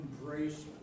embrace